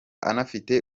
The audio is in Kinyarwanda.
anafite